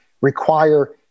require